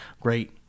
great